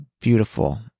beautiful